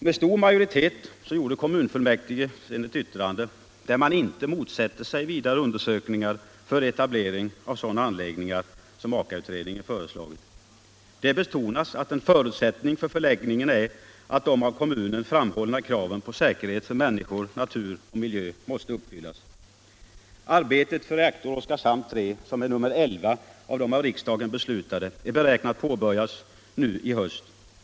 Med stor majoritet antog kommunfullmäktige ett yttrande där man inte motsätter sig vidare undersökningar för etablering av sådana anläggningar som Aka-utredningen föreslagit. Det betonas att en förutsättning för förläggningen är att de av kommunen framhållna kraven på säkerhet för människor, natur och miljö måste uppfyllas. Arbetet för reaktorn Oskarshamn 3, som är nummer 11 av de av riksdagen beslutade, är beräknat att påbörjas nu i höst.